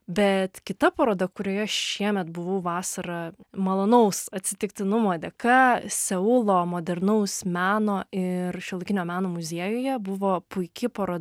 bet kita paroda kurioje šiemet buvau vasarą malonaus atsitiktinumo dėka seulo modernaus meno ir šiuolaikinio meno muziejuje buvo puiki paroda